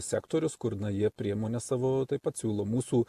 sektorius kur jie priemones savo taip pat siūlo mūsų